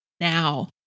Now